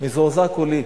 מזועזע כולי.